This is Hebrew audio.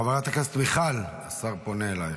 חברת הכנסת מיכל, השר פונה אלייך.